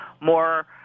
more